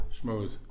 Smooth